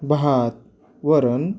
भात वरण